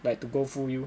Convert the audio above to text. like to go full U